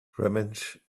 revenge